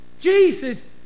Jesus